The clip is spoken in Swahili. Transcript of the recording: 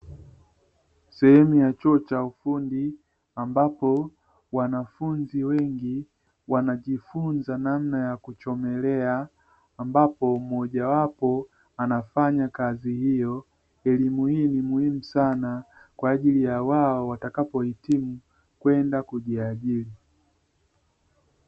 Sehemu ya chuo cha ufundi ambapo wanafunzi wengi wanajifunza namna ya kuchomelea, ambapo mmoja wapo anafanya kazi hiyo elimu hii ni muhimu sana kwa ajili ya wao watakapo hitimu kwenda kujiajiri.